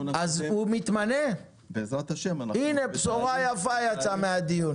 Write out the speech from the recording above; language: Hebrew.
הנה, בשורה יפה יצאה מהדיון.